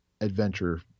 adventure